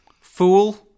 Fool